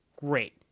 Great